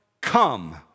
come